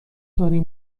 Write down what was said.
داریم